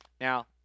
Now